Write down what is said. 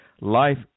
Life